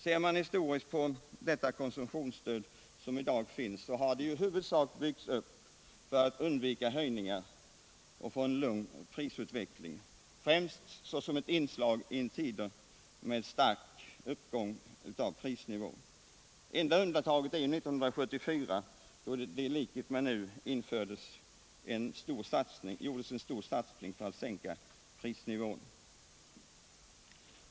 Ser man historiskt på det konsumtionsstöd som i dag finns finner man att det i huvudsak har byggts upp för att man skall undvika höjningar av livsmedelspriserna, främst såsom ett inslag i tider med stark uppgång av prisnivån. Det enda undantaget är 1974, då det i likhet med i år gjordes en stor satsning för att sänka prisnivån.